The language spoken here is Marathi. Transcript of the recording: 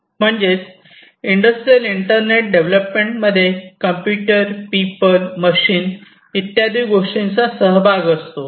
म्हणजेच इंडस्ट्रियल इंटरनेट डेवलपमेंट मध्ये कॉम्प्युटर पीपल मशीन इत्यादी गोष्टींचा सहभाग असतो